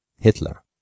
Hitler